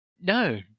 No